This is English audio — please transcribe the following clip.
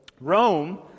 Rome